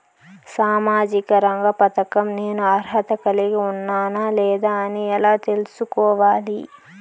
సామాజిక రంగ పథకం నేను అర్హత కలిగి ఉన్నానా లేదా అని ఎలా తెల్సుకోవాలి?